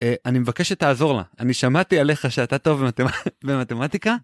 אני מבקש שתעזור לה, אני שמעתי עליך שאתה טוב במתמטיקה.